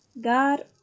God